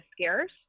scarce